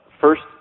first